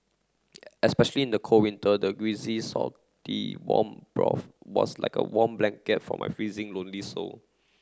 especially in the cold winter the greasy salty warm broth was like a warm blanket for my freezing lonely soul